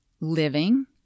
living